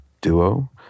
duo